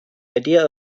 idea